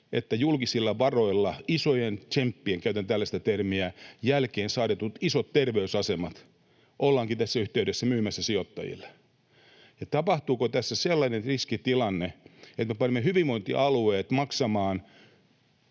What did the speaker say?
että julkisilla varoilla, isojen tsemppien jälkeen — käytän tällaista termiä — saadut isot terveysasemat ollaankin tässä yhteydessä myymässä sijoittajille. Tapahtuuko tässä sellainen riskitilanne, että me panemme hyvinvointialueet maksamaan